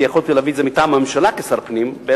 כי יכולתי להביא את זה מטעם הממשלה כשר הפנים.